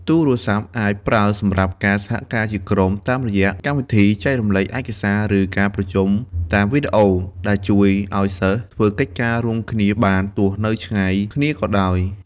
ទូរស័ព្ទអាចប្រើសម្រាប់ ការសហការជាក្រុម តាមរយៈកម្មវិធីចែករំលែកឯកសារ ឬការប្រជុំតាមវីដេអូ ដែលជួយឲ្យសិស្សធ្វើកិច្ចការរួមគ្នាបានទោះនៅឆ្ងាយគ្នាក៏ដោយ។